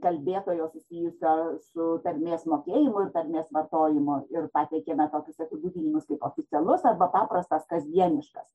kalbėtojo susijusio su tarmės mokėjimu ir tarmės vartojimu ir pateikėme tokius apibūdinimus kaip oficialus arba paprastas kasdieniškas